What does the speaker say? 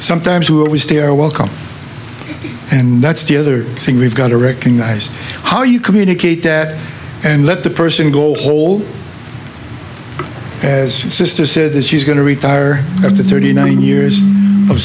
sometimes will we stay are welcome and that's the other thing we've got to recognize how you communicate that and let the person goal hold as sister said that she's going to retire after thirty nine years of